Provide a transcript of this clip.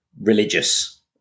religious